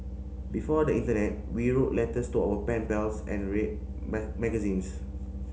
before the internet we wrote letters to our pen pals and read magazines